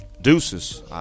Deuces